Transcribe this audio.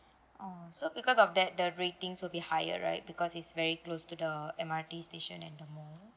oh so because of that the ratings will be higher right because is very close to the M_R_T station and the mall